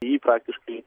į jį praktiškai